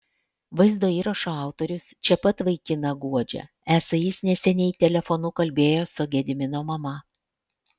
vaizdo įrašo autorius čia pat vaikiną guodžia esą jis neseniai telefonu kalbėjo su gedimino mama